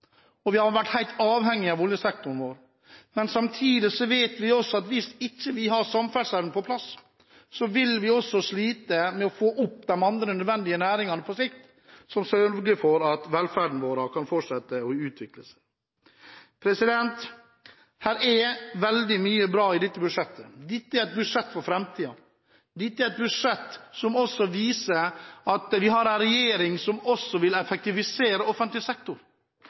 og vi har vært helt avhengige av oljesektoren vår. Men samtidig vet vi også at hvis ikke vi har samferdselen på plass, vil vi på sikt også slite med å få fram de andre nødvendige næringene som sørger for at velferden vår kan fortsette å utvikle seg. Det er veldig mye bra i dette budsjettet. Dette er et budsjett for framtiden. Dette er et budsjett som også viser at vi har en regjering som også vil effektivisere offentlig sektor.